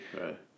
Right